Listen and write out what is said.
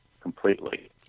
completely